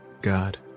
god